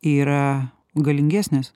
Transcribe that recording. yra galingesnės